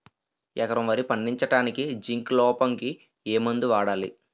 ఎకరం వరి పండించటానికి జింక్ లోపంకి ఏ మందు వాడాలి?